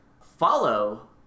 follow